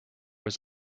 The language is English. was